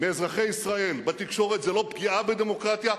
מאזרחי ישראל בתקשורת זה לא פגיעה בדמוקרטיה,